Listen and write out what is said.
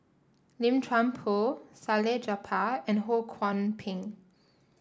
Lim Chuan Poh Salleh Japar and Ho Kwon Ping